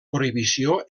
prohibició